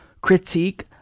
critique